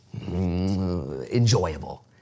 enjoyable